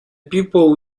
people